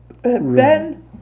Ben